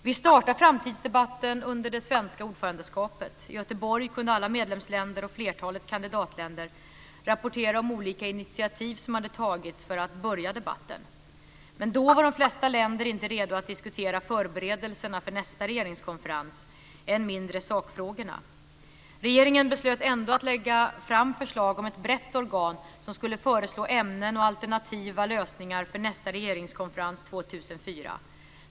Vi startade framtidsdebatten under det svenska ordförandeskapet. I Göteborg kunde alla medlemsländer och flertalet kandidatländer rapportera om olika initiativ som hade tagits för att börja debatten. Då var de flesta länder inte redo att diskutera förberedelserna för nästa regeringskonferens, än mindre sakfrågorna. Regeringen beslöt ändå att lägga fram förslag om ett brett organ som skulle föreslå ämnen och alternativa lösningar för nästa regeringskonferens år 2004.